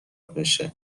بشه